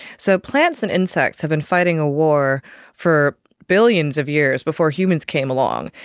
so plants and insects have been fighting a war for billions of years before humans came along,